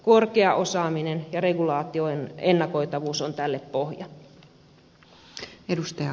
korkea osaaminen ja regulaation ennakoitavuus on tälle pohja